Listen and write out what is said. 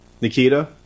Nikita